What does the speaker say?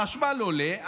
החשמל עולה,